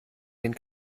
den